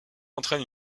entraîne